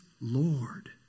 Lord